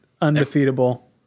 undefeatable